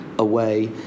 away